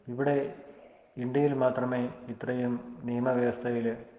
ഇവിടെ ഇന്ത്യയില് മാത്രമേ ഇത്രയും നിയമവ്യവസ്ഥയിൽ